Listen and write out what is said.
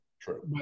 true